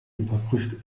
überprüft